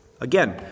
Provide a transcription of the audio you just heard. Again